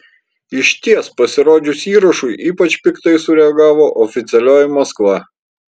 išties pasirodžius įrašui ypač piktai sureagavo oficialioji maskva